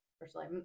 Personally